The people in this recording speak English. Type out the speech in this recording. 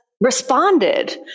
responded